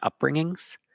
upbringings